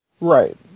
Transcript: Right